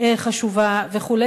חשובה וכו',